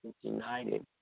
united